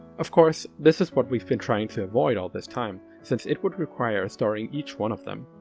of course, this is what we've been trying to avoid all this time, since it would require storing each one of them.